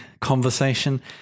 conversation